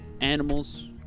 Animals